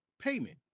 payment